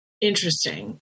Interesting